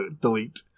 delete